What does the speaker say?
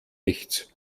nichts